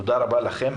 תודה רבה לכם.